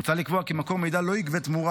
מוצע לקבוע כי מקור מידע לא יגבה תמורה